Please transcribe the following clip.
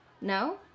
no